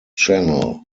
channel